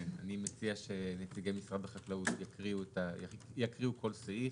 אני מציע שנציגי משרד החקלאות יקריאו כל סעיף,